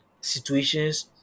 situations